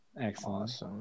Excellent